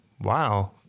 wow